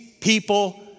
people